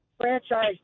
franchise